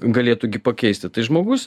galėtų gi pakeisti tai žmogus